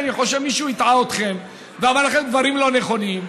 אני חושב שמישהו הטעה אתכם ואמר לכם דברים לא נכונים.